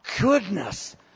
Goodness